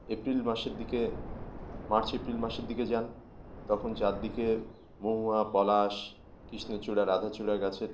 April মাসের দিকে March April মাসের দিকে যান তখন চারদিকে মহুয়া পলাশ কিষ্ণচূড়া রাধা চূড়ার গাছের